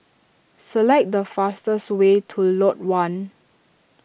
select the fastest way to Lot one